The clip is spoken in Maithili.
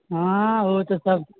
हाँ ओ तऽ सब